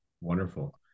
Wonderful